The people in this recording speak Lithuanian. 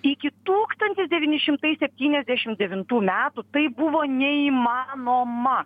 iki tūkstantis devyni šimtai septyniasdešim devintų metų tai buvo neįmanoma